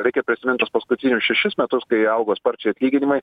reikia prisimint tuos paskutinius šešis metus kai augo sparčiai atlyginimai